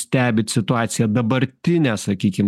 stebit situaciją dabartinę sakykim